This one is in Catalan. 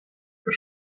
que